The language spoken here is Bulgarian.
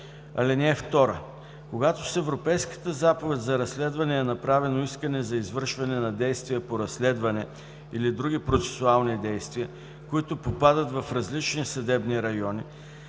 съд. (2) Когато с Европейската заповед за разследване е направено искане за извършване на действие по разследване или други процесуални действия, които попадат в различни съдебни райони,